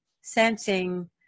sensing